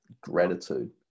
Gratitude